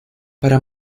para